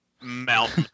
Mount